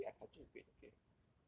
eh actually are kai jun's grades okay